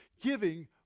Giving